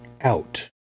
out